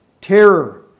Terror